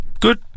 good